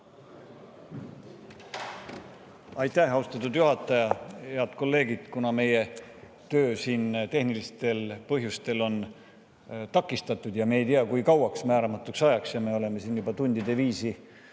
Aitäh, austatud juhataja! Head kolleegid! Kuna meie töö on tehnilistel põhjustel takistatud ja me ei tea, kui kauaks – seega määramatuks ajaks –, ja me oleme juba tundide viisi